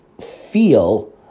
feel